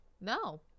No